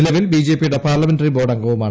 നിലവിൽ ബിജെപിയുടെ parliamentary board അംഗവുമാണ്